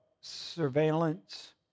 surveillance